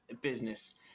business